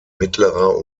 mittlerer